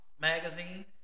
magazine